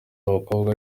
abakobwa